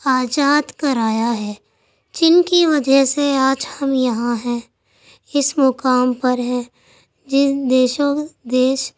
آزاد کرایا ہے جن کی وجہ سے آج ہم یہاں ہیں اس مقام پر ہیں جن دیشوں دیش